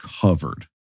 covered